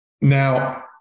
Now